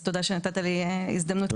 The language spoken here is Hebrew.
אז תודה שנתת לי הזדמנות להגיד את זה.